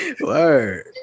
Word